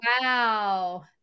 wow